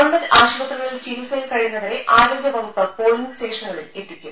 government ആശുപത്രികളിൽ ചികിത്സയിൽ കഴിയുന്നവരെ ആരോഗ്യ വകുപ്പ് പോളിംഗ് സ്റ്റേഷനുകളിൽ എത്തിക്കും